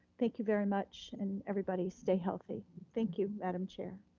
thank you very much, and everybody stay healthy. thank you, madam chair.